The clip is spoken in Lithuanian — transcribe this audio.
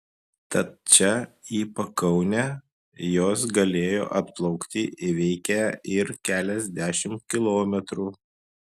tad čia į pakaunę jos galėjo atplaukti įveikę ir keliasdešimt kilometrų